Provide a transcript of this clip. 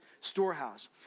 storehouse